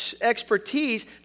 expertise